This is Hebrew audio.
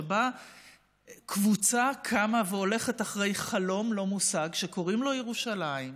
שבה קבוצה קמה והולכת אחרי חלום לא מושג שקוראים לו ירושלים,